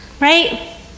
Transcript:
right